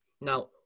Now